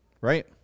right